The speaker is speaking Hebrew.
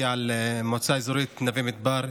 על מועצה אזורית נווה מדבר,